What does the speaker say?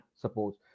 suppose